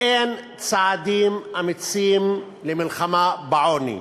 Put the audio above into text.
אין צעדים אמיצים למלחמה בעוני,